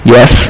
Yes